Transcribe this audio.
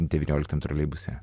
devynioliktam troleibuse